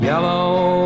Yellow